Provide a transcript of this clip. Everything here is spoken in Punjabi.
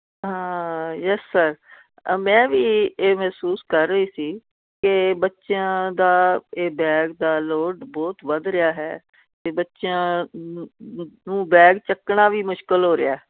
ਹਾਂ ਯੈੱਸ ਸਰ ਮੈਂ ਵੀ ਇਹ ਇਹ ਮਹਿਸੂਸ ਕਰ ਰਹੀ ਸੀ ਕਿ ਬੱਚਿਆਂ ਦਾ ਇਹ ਬੈਗ ਦਾ ਲੋਡ ਬਹੁਤ ਵਧ ਰਿਹਾ ਹੈ ਅਤੇ ਬੱਚਿਆਂ ਨੂੰ ਬੈਗ ਚੱਕਣਾ ਵੀ ਮੁਸ਼ਕਿਲ ਹੋ ਰਿਹਾ